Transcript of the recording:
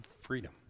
Freedom